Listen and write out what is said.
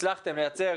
שהצלחתם לייצר